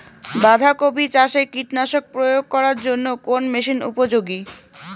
বাঁধা কপি চাষে কীটনাশক প্রয়োগ করার জন্য কোন মেশিন উপযোগী?